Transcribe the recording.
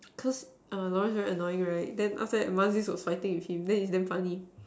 cause err Lawrence very annoying right then after that Mazrif was fighting with him then is damn funny